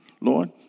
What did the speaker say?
Lord